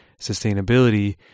sustainability